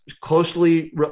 closely